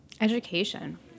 Education